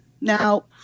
Now